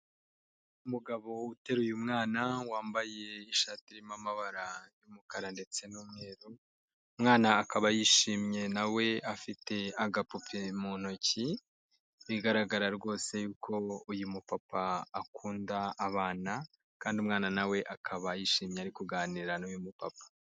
Umugabo uteruye umwana wambaye ishati irimo amabara y'umukara ndetse n'umweru, umwana akaba yishimye na we afite agapupe mu ntoki bigaragara rwose ko uyu mupapa akunda abana kandi umwana na we akaba yishimye ari kuganira n'uyu mupapa.